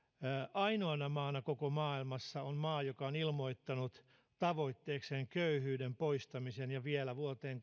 ainoana maana koko maailmassa on maa joka on ilmoittanut tavoitteekseen köyhyyden poistamisen ja vielä vuoteen